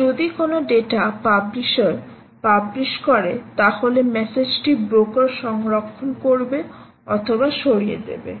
যদি কোনো data publisher publish করে তাহলে মেসেজ টি ব্রোকার সংরক্ষণ করবে অথবা সরিয়ে দেবে